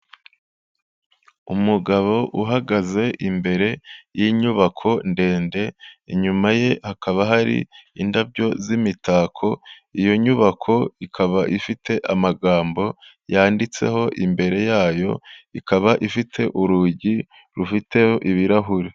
Umugabo uhagaze imbere y'inyubako ndende, inyuma ye hakaba hari indabyo z'imitako, iyo nyubako ikaba ifite amagambo yanditseho imbere yayo, ikaba ifite urugi rufiteho ibirahuri.